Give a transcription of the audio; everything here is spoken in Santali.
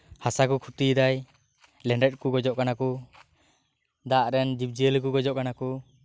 ᱦᱟᱥᱟ ᱠᱚᱭ ᱠᱷᱚᱛᱤ ᱮᱫᱟᱭ ᱞᱮᱸᱰᱮᱛᱠᱚ ᱜᱚᱡᱚᱜ ᱠᱟᱱᱟ ᱠᱚ ᱫᱟᱜᱨᱮᱱ ᱡᱤᱵᱽᱡᱤᱭᱟᱹᱞᱤ ᱠᱚ ᱜᱚᱡᱚᱜ ᱠᱟᱱᱟᱠᱚ